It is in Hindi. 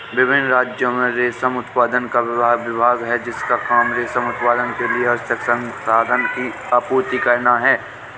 विभिन्न राज्यों में रेशम उत्पादन का विभाग है जिसका काम रेशम उत्पादन के लिए आवश्यक संसाधनों की आपूर्ति करना है